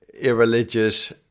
irreligious